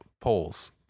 polls